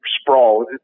sprawl